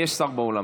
יש שר באולם.